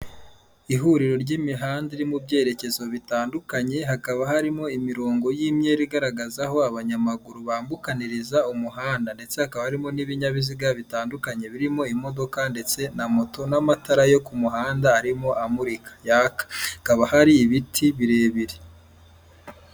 Ihuriro ry'imihanda iri mu byerekezo bitandukanye hakaba harimo imirongo y'imyeru igaragaza aho abanyamaguru bambukaniriza umuhanda, ndetse hakaba harimo n'ibinyabiziga bitandukanye birimo imodoka ndetse na moto, n'amatara yo ku muhanda arimo amurika yaka hakaba hari ibiti birebire.